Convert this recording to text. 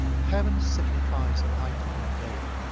heaven signifies night and day,